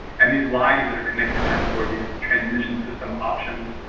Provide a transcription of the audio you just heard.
and these lines that are connecting them, or these transmission system options,